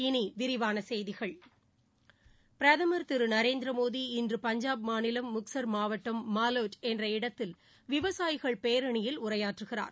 இனிவிரிவானசெய்திகள் பிரதமர் திருநரேந்திரமோடி இன்று பஞ்சாப் மாநிலம் முக்சர் மாவட்டம் மாலவ்ட் என்ற இடத்தில் விவசாயிகள் பேரணியில் உரையாற்றுகிறார்